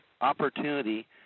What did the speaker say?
opportunity